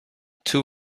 two